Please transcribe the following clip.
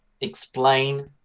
explain